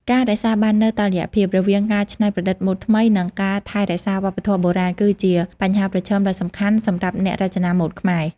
ការរក្សាបាននូវ តុល្យភាព រវាងការច្នៃប្រឌិតម៉ូដថ្មី និងការថែរក្សាវប្បធម៌បុរាណ គឺជាបញ្ហាប្រឈមដ៏សំខាន់សម្រាប់អ្នករចនាម៉ូដខ្មែរ។